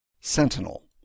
Sentinel